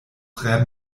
tre